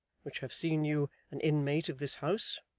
which have seen you an inmate of this house,